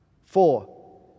four